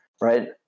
right